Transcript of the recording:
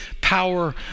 power